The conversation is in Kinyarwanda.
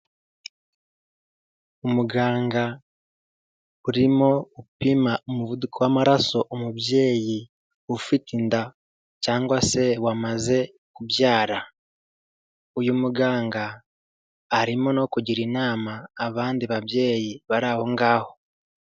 Umuganga urimo upima umuvuduko w'amaraso umubyeyi ufite inda cyangwa se wamaze kubyara. Uyu muganga arimo no kugira inama abandi babyeyi bari aho ngaho.